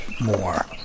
more